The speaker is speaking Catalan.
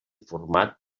format